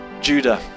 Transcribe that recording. Judah